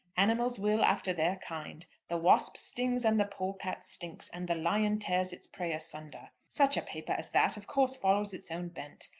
animals will after their kind. the wasp stings, and the polecat stinks, and the lion tears its prey asunder. such a paper as that of course follows its own bent.